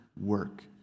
work